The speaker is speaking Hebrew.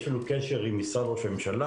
יש לנו קשר עם משרד ראש הממשלה,